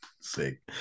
sick